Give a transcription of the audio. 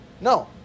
No